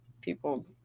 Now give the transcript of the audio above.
people